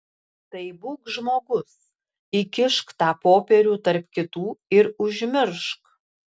tai būk žmogus įkišk tą popierių tarp kitų ir užmiršk